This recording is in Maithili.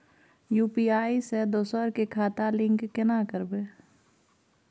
यु.पी.आई से दोसर के खाता लिंक केना करबे?